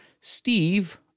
Steve